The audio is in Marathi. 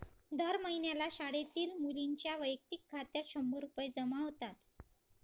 दर महिन्याला शाळेतील मुलींच्या वैयक्तिक खात्यात शंभर रुपये जमा होतात